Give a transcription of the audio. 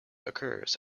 occurs